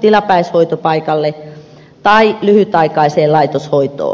tilapäishoitopaikalle tai lyhytaikaiseen laitoshoitoon